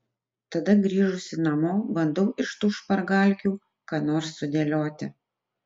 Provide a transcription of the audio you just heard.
tada grįžusi namo bandau iš tų špargalkių ką nors sudėlioti